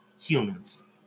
humans